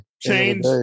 change